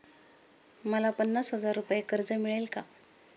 मला पन्नास हजार रुपये कर्ज मिळेल का?